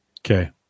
Okay